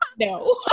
No